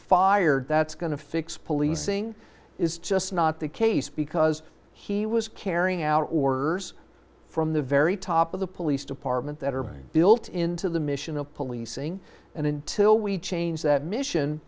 fired that's going to fix policing is just not the case because he was carrying out orders from the very top of the police department that are being built into the mission of policing and until we change that mission